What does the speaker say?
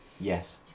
Yes